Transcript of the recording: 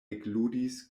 ekludis